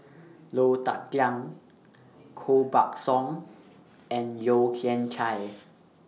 Low Thia Khiang Koh Buck Song and Yeo Kian Chye